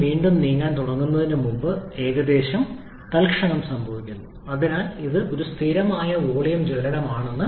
piston വീണ്ടും നീങ്ങാൻ തുടങ്ങുന്നതിനുമുമ്പ് ഇത് ഏകദേശം തൽക്ഷണം സംഭവിക്കുന്നു അതിനാലാണ് ഇത് ഒരു സ്ഥിരമായ വോളിയം ജ്വലനമെന്ന് ഞങ്ങൾ അനുമാനിക്കുന്നത്